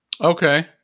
Okay